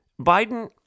Biden